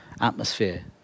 atmosphere